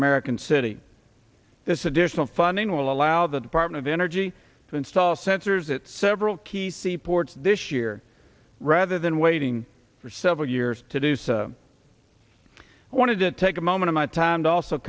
american city this additional funding will allow the department of energy to install sensors at several key seaports this year rather than waiting for several years to do so i want to take a moment of my time to also